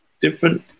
different